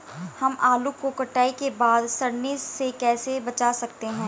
हम आलू को कटाई के बाद सड़ने से कैसे बचा सकते हैं?